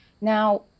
now